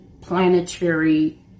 planetary